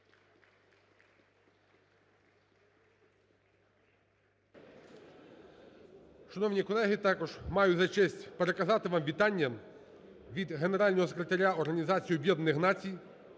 Шановні колеги, також маю за честь переказати вам вітання від Генерального секретаря